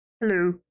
hello